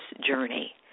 journey